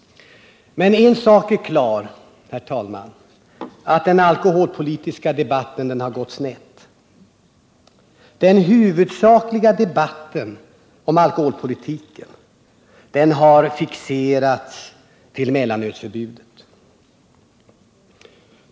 Men en sak är klar, herr talman, nämligen att den alkoholpolitiska debatten har gått snett. Den huvudsakliga debatten har fixerats till mellanölsförbudet.